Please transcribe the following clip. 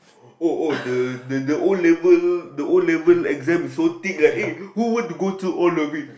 oh oh the the the O-level the O-level exam is so thick like who want to go through O-level